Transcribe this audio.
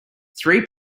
three